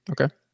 Okay